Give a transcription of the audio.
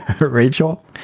Rachel